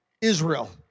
Israel